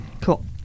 Cool